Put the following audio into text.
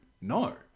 no